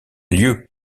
lieu